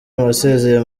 wasezeye